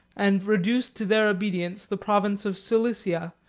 and reduced to their obedience the province of cilicia,